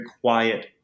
quiet